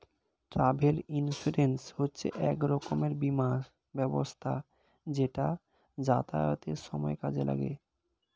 travel insurance হচ্ছে এক রকমের বীমা ব্যবস্থা যেটা যাতায়াতের সময় কাজে লাগে